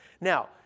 now